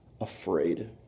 afraid